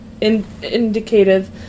indicative